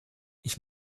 ich